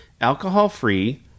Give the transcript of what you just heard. alcohol-free